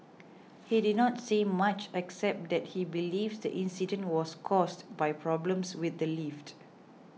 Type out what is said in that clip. he did not say much except that he believes the incident was caused by problems with the lift